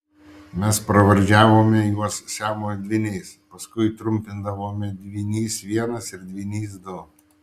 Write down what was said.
mes pravardžiavome juos siamo dvyniais paskui trumpindavome dvynys vienas ir dvynys du